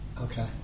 Okay